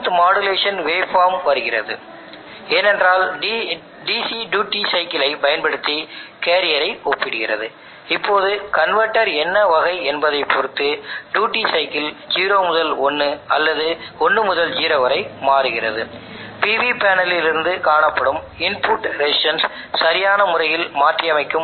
வேறு ஏதேனும் வித்தியாசம் இருந்தால் பிழை இருக்கும் PI கண்ட்ரோலர் இந்த கேரியரை மாற்றியமைத்து குறிப்பிட்ட டியூட்டி சைக்கிளைக் கொண்டு ஒரு PWM ஐ உருவாக்கும் இது இங்கே பிழை பூஜ்ஜியத்திற்கு செல்லும் வகையில் RT ஐ மாற்றியமைக்கும்